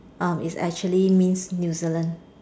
oh it's actually means New Zealand